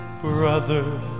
Brother